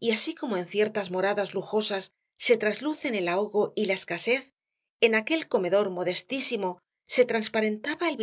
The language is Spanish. y así como en ciertas moradas lujosas se traslucen el ahogo y la escasez en aquel comedor modestísimo se transparentaba el